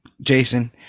Jason